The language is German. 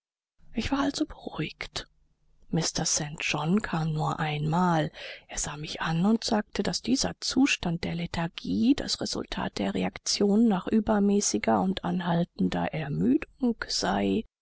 ich war also beruhigt mr st john kam nur einmal er sah mich an und sagte daß dieser zustand der lethargie das resultat der reaktion nach übermäßiger und anhaltender ermüdung sei